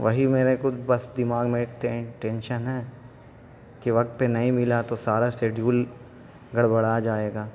وہی میرے خود بس دماغ میں ایک ٹین ٹینشن ہے کہ وقت پہ نہیں ملا تو سارا سیڈیول گڑبڑا جائے گا